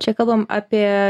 čia kalbam apie